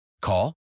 Call